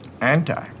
anti